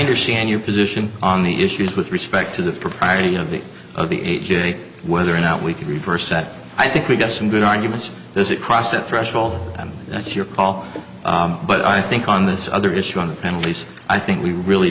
understand your position on the issues with respect to the propriety of the of the whether or not we can reverse that i think we got some good arguments this it crossed that threshold and that's your call but i think on this other issue on penalties i think we really